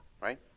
right